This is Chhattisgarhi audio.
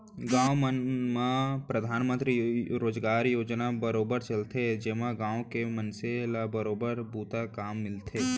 गाँव मन म परधानमंतरी रोजगार योजना बरोबर चलथे जेमा गाँव के मनसे ल बरोबर बूता काम मिलथे